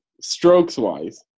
strokes-wise